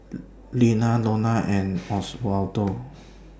Lyanna Iona and Osvaldo